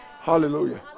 Hallelujah